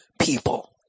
people